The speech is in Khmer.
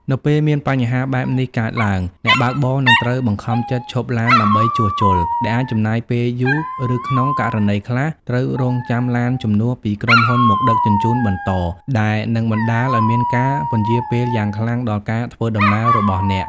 នៅពេលមានបញ្ហាបែបនេះកើតឡើង អ្នកបើកបរនឹងត្រូវបង្ខំចិត្តឈប់ឡានដើម្បីជួសជុល ដែលអាចចំណាយពេលយូរ ឬក្នុងករណីខ្លះ ត្រូវរង់ចាំឡានជំនួសពីក្រុមហ៊ុនមកដឹកជញ្ជូនបន្ត ដែលនឹងបណ្ដាលឱ្យមានការពន្យារពេលយ៉ាងខ្លាំងដល់ការធ្វើដំណើររបស់អ្នក។